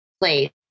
place